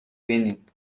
raining